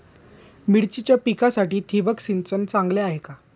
मिरचीच्या पिकासाठी ठिबक सिंचन चांगले आहे का?